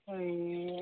এই